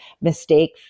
mistake